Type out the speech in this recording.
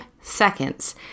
seconds